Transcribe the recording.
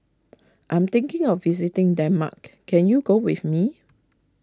I am thinking of visiting Denmark can you go with me